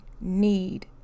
need